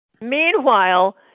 Meanwhile